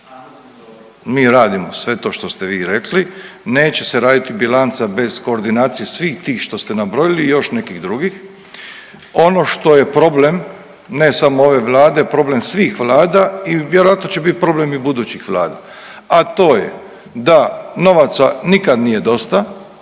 Mi radimo sve to što ste vi rekli. Neće se raditi bilanca bez koordinacije svih tih što ste nabrojili i još nekih drugih. Ono što je problem ne samo ove vlade, problem svih vlada i vjerojatno će biti problem i budućih vlada, a to je da novaca nikada nije dosta,